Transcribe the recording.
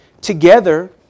together